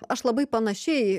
aš labai panašiai